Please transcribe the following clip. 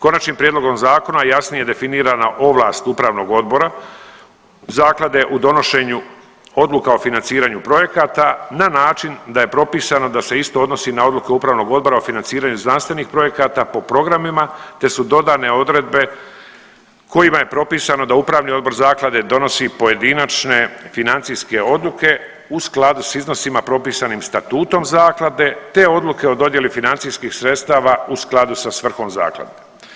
Konačnim prijedlogom zakona jasnije je definirana ovlast upravnog odbora zaklade u donošenju odluka o financiranju projekata na način da je propisano da se isto odnosi na odluke upravnog odbora o financiranju znanstvenih projekata po programima te su dodane odredbe kojima je propisano da upravni odbor zaklade donosi pojedinačne financijske odluke u skladu s iznosima propisanim statutom zaklade te odluke o dodjeli financijskih sredstava u skladu sa svrhom zaklade.